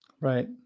Right